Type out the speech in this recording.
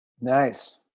Nice